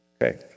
Okay